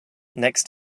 next